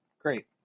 Great